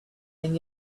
and